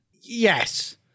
yes